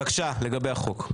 בבקשה לגבי החוק.